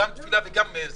נכון, זה